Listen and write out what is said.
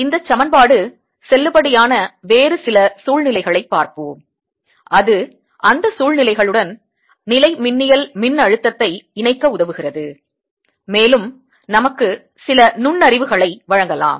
இந்த சமன்பாடு செல்லுபடியான வேறு சில சூழ்நிலைகளைப் பார்ப்போம் அது அந்த சூழ்நிலைகளுடன் நிலைமின்னியல் மின்னழுத்தத்தை இணைக்க உதவுகிறது மேலும் நமக்கு சில நுண்ணறிவுகளை வழங்கலாம்